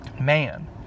Man